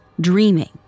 dreaming